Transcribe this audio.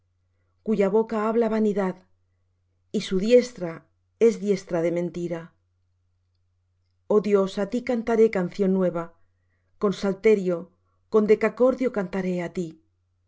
cuya boca habla vanidad y su diestra es diestra de mentira oh dios á ti cantaré canción nueva con salterio con decacordio cantaré á ti